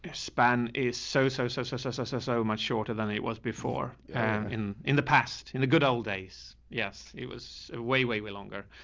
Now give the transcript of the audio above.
ah span is so, so, so, so, so, so, so so much shorter than it was before and in in the past. in the good old days, yes, it was a way, way, way longer.